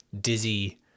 dizzy